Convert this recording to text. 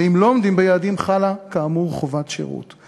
אם לא עומדים ביעדים, חלה כאמור חובת שירות.